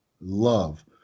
love